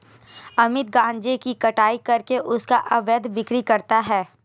अमित गांजे की कटाई करके उसका अवैध बिक्री करता है